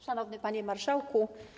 Szanowny Panie Marszałku!